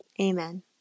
amen